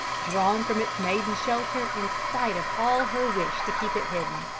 drawn from its maiden shelter in spite of all her wish to keep it hidden!